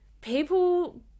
people